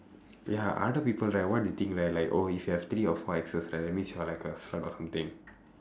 ya other people right what they think right like oh you have three or four exes right that means you are like a slut or something